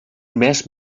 mes